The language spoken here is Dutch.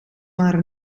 maar